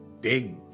Big